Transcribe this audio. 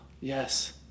Yes